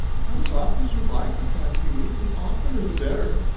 come as often as you like, replied pewee. the oftener the better.